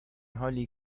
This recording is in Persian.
حالی